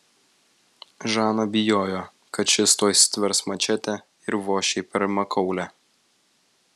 žana bijojo kad šis tuoj stvers mačetę ir voš jai per makaulę